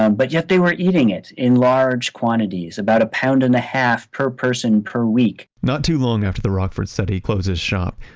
um but yet they were eating it in large quantities, about a pound and a half per person per week not too long after the rockford study closes shop,